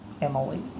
Emily